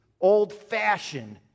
old-fashioned